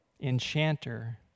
enchanter